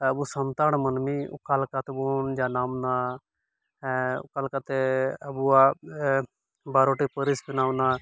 ᱟᱵᱚ ᱥᱟᱱᱛᱟᱲ ᱢᱟᱹᱱᱢᱤ ᱚᱠᱟᱞᱮᱠᱟ ᱛᱮᱵᱚᱱ ᱡᱟᱱᱟᱢ ᱞᱮᱱᱟ ᱚᱠᱟ ᱞᱮᱠᱟᱛᱮ ᱟᱵᱩᱣᱟᱜ ᱵᱟᱨᱚᱴᱤ ᱯᱟᱹᱨᱤᱥ ᱵᱮᱱᱟᱣ ᱮᱱᱟ